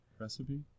recipe